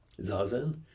zazen